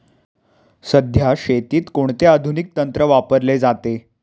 सध्या शेतीत कोणते आधुनिक तंत्र वापरले जाते?